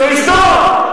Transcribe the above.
תשתוק.